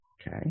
Okay